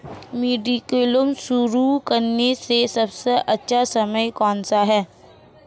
Mediclaim शुरू करने का सबसे अच्छा समय कौनसा है?